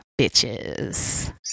bitches